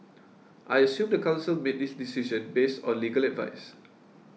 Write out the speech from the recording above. I assume the council made this decision based on legal advice